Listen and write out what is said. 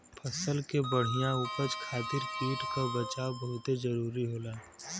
फसल के बढ़िया उपज खातिर कीट क बचाव बहुते जरूरी होला